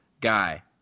guy